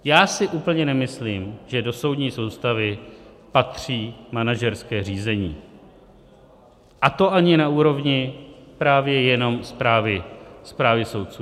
Já si úplně nemyslím, že do soudní soustavy patří manažerské řízení, a to ani na úrovni právě jenom správy soudců.